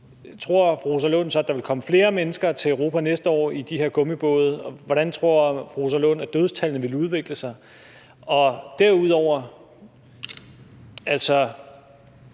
– at der ville komme flere mennesker til Europa næste år i de her gummibåde, og hvordan hun Lund tror at dødstallet ville udvikle sig. Derudover vil